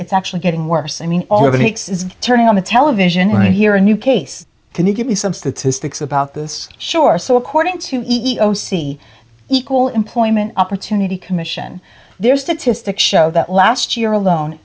it's actually getting worse i mean all of the mix is turning on the television when i hear a new case can you give me some statistics about this sure so according to e o c equal employment opportunity commission their statistics show that last year alone